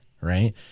right